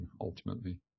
ultimately